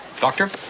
Doctor